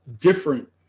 different